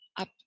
up